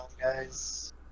guys